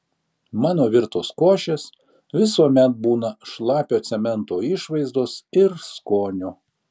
mano virtos košės visuomet būna šlapio cemento išvaizdos ir skonio